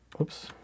oops